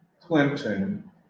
Clinton